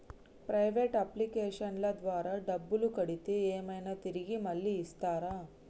Private అప్లికేషన్ల ద్వారా డబ్బులు కడితే ఏమైనా తిరిగి మళ్ళీ ఇస్తరా?